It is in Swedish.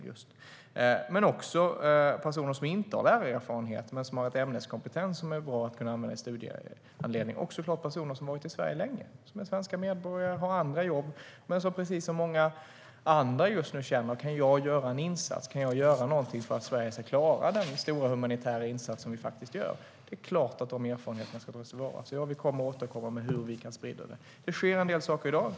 Men det handlar också om personer som inte har lärarerfarenhet men som har en ämneskompetens som är bra att kunna använda i studiehandledning och även personer som har varit i Sverige länge, som är svenska medborgare och har andra jobb men som precis som många andra just nu känner: Kan jag göra en insats? Kan jag göra något för att Sverige ska klara den stora humanitära insats som vi faktiskt gör? Det är klart att de erfarenheterna ska tas till vara, så vi återkommer till hur vi ska sprida det. Det sker en del saker i dag.